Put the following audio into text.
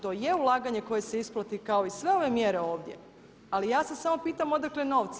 To je ulaganje koje se isplati kao i sve ove mjere ovdje, ali ja se samo pitam odakle novci.